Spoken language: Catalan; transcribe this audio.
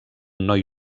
noi